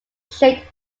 shaped